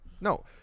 no